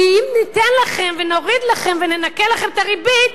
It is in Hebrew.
כי אם ניתן לכם ונוריד לכם וננכה לכם את הריבית,